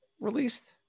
released